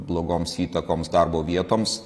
blogoms įtakoms darbo vietoms